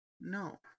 No